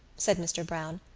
said mr. browne.